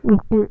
விட்டு